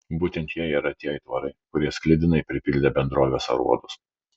būtent jie yra tie aitvarai kurie sklidinai pripildė bendrovės aruodus